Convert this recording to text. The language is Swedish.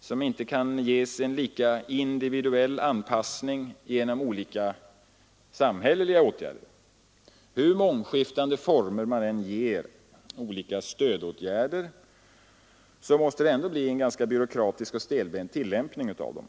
som inte kan ges en lika individuell anpassning genom olika samhälleliga åtgärder. Hur mångskiftande former av stödåtgärder som än konstrueras, måste det ändå bli en byråkratisk och stelbent tillämpning av dem.